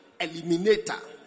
Eliminator